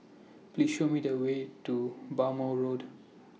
Please Show Me The Way to Bhamo Road